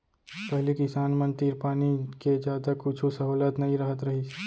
पहिली किसान मन तीर पानी के जादा कुछु सहोलत नइ रहत रहिस